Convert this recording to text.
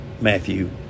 Matthew